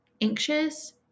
anxious